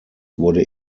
wurde